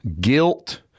guilt